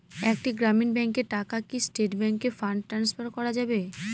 একটি গ্রামীণ ব্যাংকের টাকা কি স্টেট ব্যাংকে ফান্ড ট্রান্সফার করা যাবে?